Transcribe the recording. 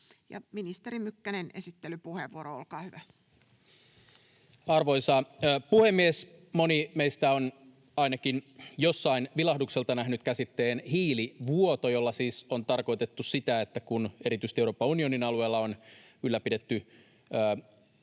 lain muuttamisesta Time: 17:25 Content: Arvoisa puhemies! Moni meistä on ainakin jossain vilahdukselta nähnyt käsitteen hiilivuoto. Sillä siis on tarkoitettu sitä, että kun erityisesti Euroopan unionin alueella on ylläpidetty